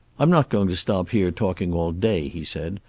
i'm not going to stop here talking all day, he said.